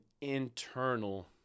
internal